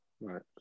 right